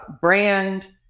brand